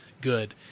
good